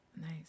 Nice